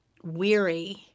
weary